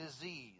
disease